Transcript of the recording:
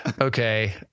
okay